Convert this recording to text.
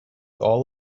all